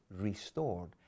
restored